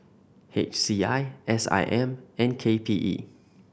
H C I S I M and K P E